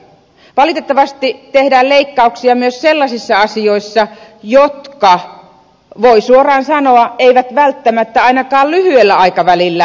valitettavasti tehdään leikkauksia myös sellaisissa asioissa jotka voi suoraan sanoa eivät välttämättä ainakaan lyhyellä aikavälillä näy säästöinä